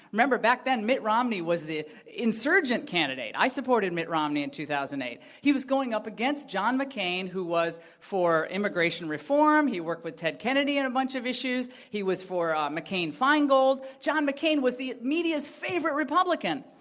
remember, back then, mitt romney was the insurgent candidate. i supported mitt romney in two thousand and eight. he was going up against john mccain, who was for immigration reform. he worked for ted kennedy on a bunch of issues. he was for ah mccain-feingold. john mccain was the media's favorite republican.